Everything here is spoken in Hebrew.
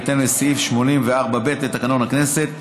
בהתאם לסעיף 84(ב) לתקנון הכנסת.